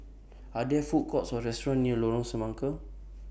Are There Food Courts Or restaurants near Lorong Semangka